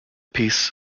piece